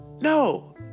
No